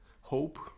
hope